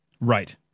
Right